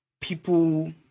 People